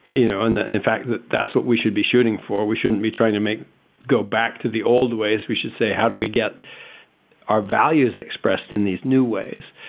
you know, and in fact, that that's what we should be shooting for, we shouldn't be trying to make go back to the old ways, we should say, how do we get our values expressed in these new ways?